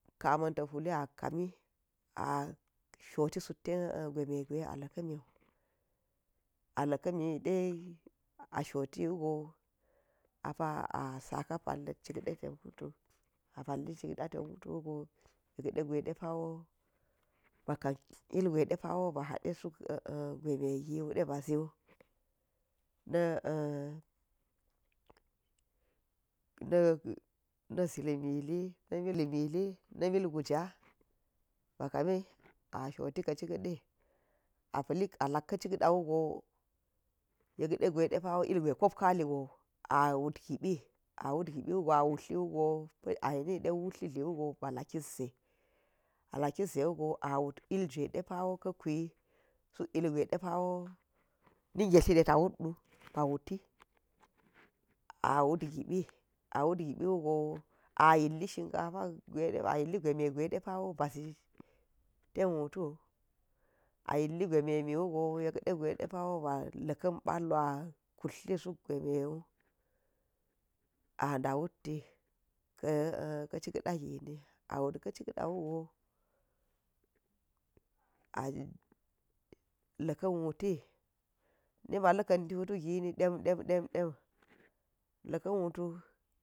Ka man ta̱ huli a kami a shoti sutten gweme gwe a laka̱miwo, la̱ka̱miyi de a shoti wugo apa a sa pa̱la̱t chikde tan wutu, a palli chik da ten wutu wugo yek de gwedepa wo ba ka ilgwe depawo hade zuk gwemegi wu de ba zi wu na̱ zil mili na̱ mil giya bakami a shoti ka̱ chik de a pa̱li, a lak ka̱ chidawugo yek degwe de pawo ilgwe depawo ilgwe depawo kop kaligo a wot gibi, a wut gibi wugo a wutli go ayenide wuttli dli ba la kit ze, a lakit ze wugo a wut ilgwe depawo ka̱ kwi, suk ilgwe depawo ne negetla̱ de to wut u ba wuti, a wut gibi, a wut gibiwu go ayilli shinkata a yilli gwe me gwe de pawo, bazi ten wutu, a yilli gwemami wugo yek de gwe depawo ba la̱ka̱n pa̱lwu a kultla suk gweme wo a nda wuti ka̱ chik da gini a wut ka̱ chik da̱wugo a la̱ kan wuti nima la̱ka̱m wutu gini dam demdem la̱ka̱n wutu.